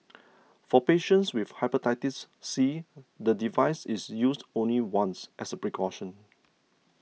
for patients with Hepatitis C the device is used only once as a precaution